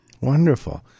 Wonderful